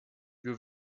wir